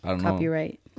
Copyright